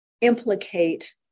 implicate